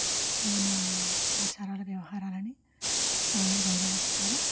మన ఆచారాల వ్యవహారాలని చాలా గౌరవిస్తారు